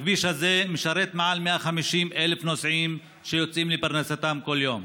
הכביש הזה משרת מעל 150,000 נוסעים שיוצאים לפרנסתם כל יום.